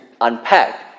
unpack